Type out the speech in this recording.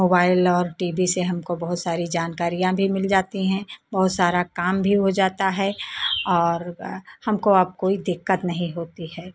mobile और T V से हमको बहुत सारी जानकारियाँ भी मिल जाती हैं बहुत सारा काम भी हो जाता है और हमको अब कोई दिक्कत नहीं होती है